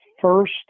first